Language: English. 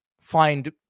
find